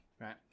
right